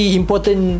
important